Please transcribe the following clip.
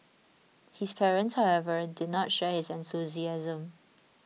his parents however did not share his enthusiasm